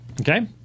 Okay